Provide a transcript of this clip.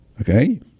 okay